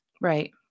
Right